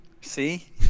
See